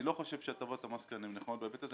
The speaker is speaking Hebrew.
אני לא חושב שהטבות המס כאן הן נכונות בהיבט הזה.